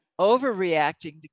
overreacting